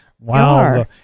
wow